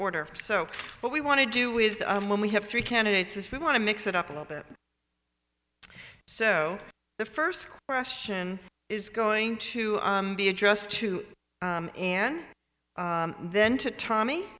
order so what we want to do with when we have three candidates is we want to mix it up a little bit so the first question is going to be addressed to and then to tommy